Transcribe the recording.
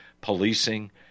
policing